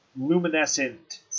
luminescent